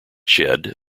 shed